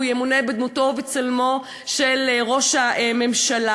הוא ימונה בדמותו ובצלמו של ראש הממשלה,